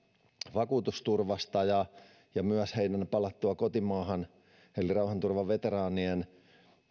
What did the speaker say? vakuutusturvasta ja ja myös heidän palattuaan kotimaahan rauhanturvaveteraanien